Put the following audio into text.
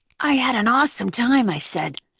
i had an awesome time, i said.